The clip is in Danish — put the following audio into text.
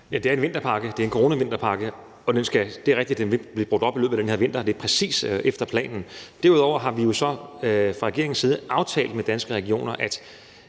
det er en vinterpakke, det er en coronavinterpakke, og det er rigtigt, at den vil blive brugt op i løbet af den her vinter. Det er præcis efter planen. Derudover har vi jo fra regeringens side aftalt med Danske Regioner, at